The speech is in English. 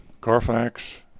Carfax